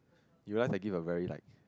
you guys like give a very like